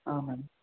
ꯑꯥ ꯃꯥꯅꯦ